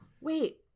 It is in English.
wait